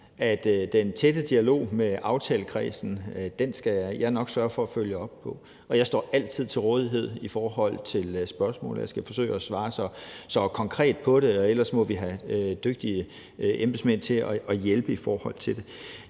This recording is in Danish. den tætte dialog med aftalekredsen skal jeg nok sørge for at følge op på, og at jeg altid står til rådighed i forhold til spørgsmål, og at jeg skal forsøge at svare konkret på det, og ellers må vi have dygtige embedsmænd til at hjælpe i forhold til det.